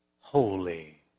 holy